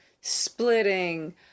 splitting